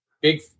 big